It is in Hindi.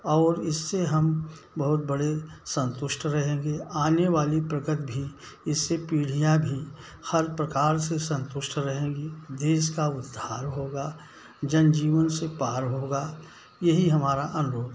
और इससे हम बहुत बड़े संतुष्ट रहेंगे आने वाली प्रकृति भी इससे पीढ़ियाँ भी हर प्रकार से संतुष्ट रहेंगी देश का उद्धार होगा जन जीवन सब पार होगा यही हमारा अनुरोध है